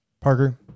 Parker